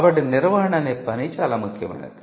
కాబట్టి నిర్వహణ అనే పని చాలా ముఖ్యమైనది